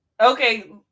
okay